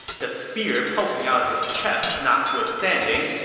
the spear poking out of his chest notwithstanding,